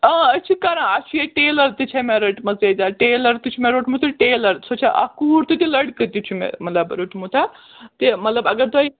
أسۍ چھِ کَران اَسہِ چھُ ییٚتہِ ٹیٚلر تہِ چھِ مےٚ رٔٹمٕژ ییٚتٮ۪ن ٹیٚلر تہِ چھُ مےٚ روٚٹمُٹ تہٕ ٹیٚلر سۄ چھِ اکھ کوٗر تہِ تہٕ لڑکہٕ تہِ چھُ مےٚ مطلب روٚٹمُت تہِ مطلب اگر تۄہہِ